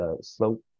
slope